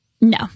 No